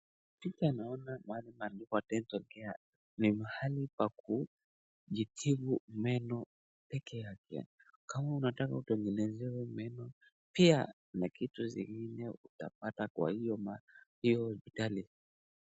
Picha naona mahali pameandikwa dental care ni mahali pa kujitibu meno peke yake. Kama unataka utengenezewe meno pia na kitu zingine utapata kwa hiyo hospitali.